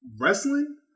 wrestling